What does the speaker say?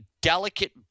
delicate